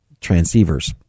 transceivers